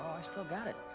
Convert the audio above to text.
i still got it.